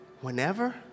Whenever